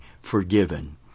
forgiven